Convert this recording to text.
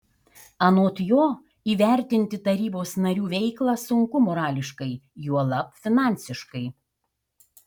anot jo įvertinti tarybos narių veiklą sunku morališkai juolab finansiškai